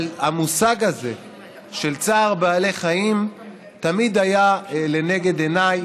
אבל המושג צער בעלי חיים תמיד היה לנגד עיניי,